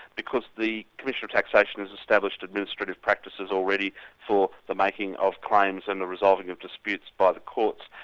because the commission of taxation has established administrative practices already for the making of claims and the resolving of disputes by the courts,